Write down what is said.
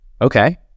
Okay